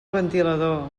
ventilador